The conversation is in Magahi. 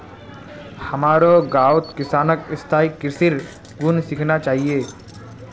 हमारो गांउत किसानक स्थायी कृषिर गुन सीखना चाहिए